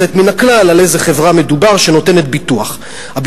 יוצאת מן הכלל,